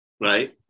right